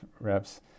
reps